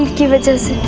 do it. sir,